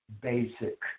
basic